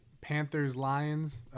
Panthers-Lions